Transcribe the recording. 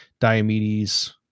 Diomedes